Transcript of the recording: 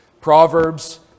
Proverbs